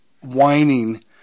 whining